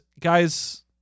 guys